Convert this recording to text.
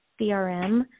CRM